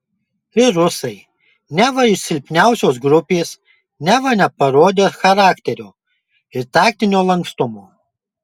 ir rusai neva iš silpniausios grupės neva neparodę charakterio ir taktinio lankstumo